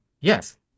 Yes